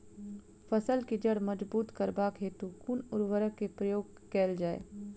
फसल केँ जड़ मजबूत करबाक हेतु कुन उर्वरक केँ प्रयोग कैल जाय?